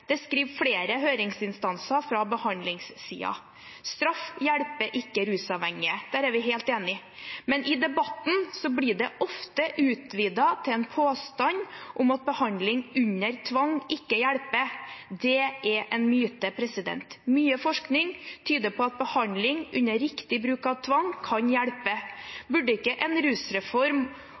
Det skriver flere høringsinstanser fra behandlingssiden. Straff hjelper ikke rusavhengige – der er vi helt enige. Men i debatten blir det ofte utvidet til en påstand om at behandling under tvang ikke hjelper. Det er en myte. Mye forskning tyder på at behandling under riktig bruk av tvang kan hjelpe. Burde ikke en rusreform